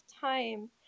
time